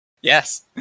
Yes